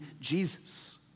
Jesus